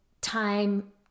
time